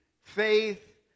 Faith